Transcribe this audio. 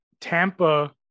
Tampa